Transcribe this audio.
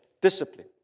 discipline